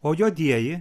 o juodieji